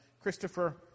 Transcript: Christopher